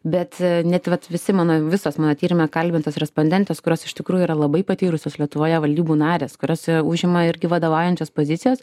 bet net vat visi mano visos mano tyrime kalbintos respondentės kurios iš tikrųjų yra labai patyrusius lietuvoje valdybų narės kuriose užima irgi vadovaujančias pozicijas